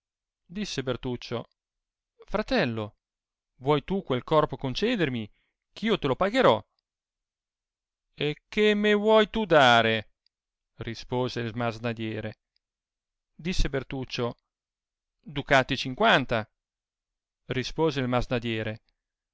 disse bertuccio fratello vuoi tu quel corpo concedermi ch'io te lo pagherò e che me vuoi tu dare rispose il masnadiere disse bertuccio ducati cinquanta rispose il